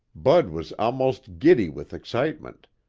bud was almost giddy with excitement,